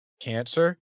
cancer